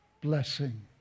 blessing